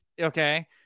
okay